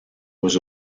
was